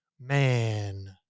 man